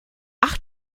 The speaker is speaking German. ach